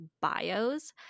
bios